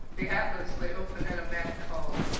the atlas lay open at a map called,